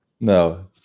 No